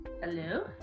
Hello